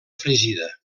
fregida